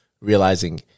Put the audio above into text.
realizing